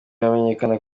bamenyekana